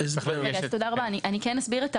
אני אסביר.